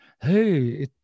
hey